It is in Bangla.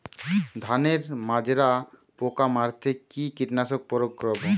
ধানের মাজরা পোকা মারতে কি কীটনাশক প্রয়োগ করব?